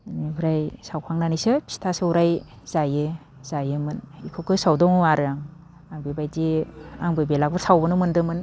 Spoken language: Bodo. इनिफ्राय सावखांनानैसो फिथा सौराइ जायो जायोमोन बेखौ गोसोआव दङ आरो आं आं बेबायदि आंबो बेलागुर सावबोनो मोनदोंमोन